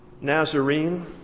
Nazarene